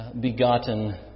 begotten